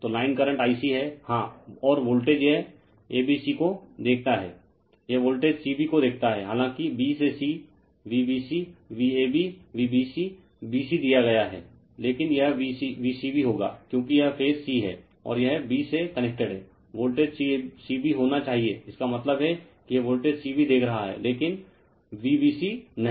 तो line current Ic है हाँ और वोल्टेज यह a b c को देखता है यह वोल्टेज c b को देखता है हालांकि b से c VbcVabVbc b c दिया गया है लेकिन यह V c b होगा क्योंकि यह फेज c है और यह b से कनेक्टेड है वोल्टेज V c b होना चाहिए इसका मतलब है कि यह वोल्टेज V c b देख रहा है लेकिन Vbc नहीं